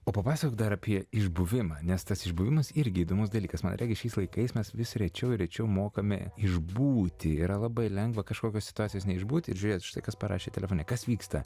o papasakok dar apie išbuvimą nes tas išbuvimas irgi įdomus dalykas man regis šiais laikais mes vis rečiau ir rečiau mokame išbūti yra labai lengva kažkokios situacijos neišbūt ir žiūrėt štai kas parašė telefone kas vyksta